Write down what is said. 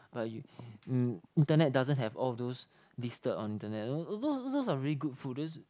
but you um internet doesn't have all of those listed on the net you know those are very good food